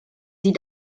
sie